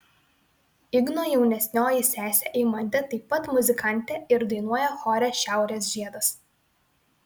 igno jaunesnioji sesė eimantė taip pat muzikantė ir dainuoja chore šiaurės žiedas